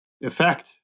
effect